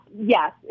yes